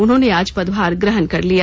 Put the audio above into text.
उन्होंने आज पदभार ग्रहण कर लिया